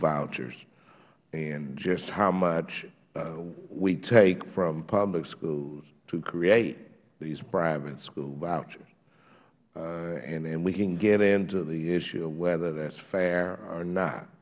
vouchers and just how much we take from public schools to create these private school vouchers and we can get into the issue of whether that is fair or not